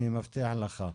אני מבטיח לך.